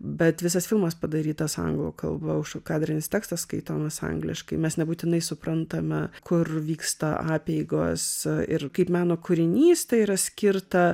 bet visas filmas padarytas anglų kalba užkadrinis tekstas skaitomas angliškai mes nebūtinai suprantame kur vyksta apeigos ir kaip meno kūrinys tai yra skirta